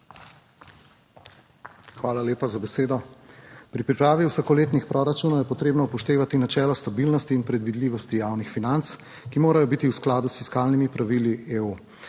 Hvala lepa za besedo. Pri pripravi vsakoletnih proračunov je potrebno upoštevati načelo stabilnosti in predvidljivosti javnih financ, ki morajo biti v skladu s fiskalnimi pravili EU.